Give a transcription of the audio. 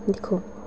दिक्खो